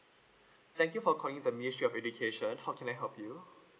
thank you for calling the ministry of education how can I help you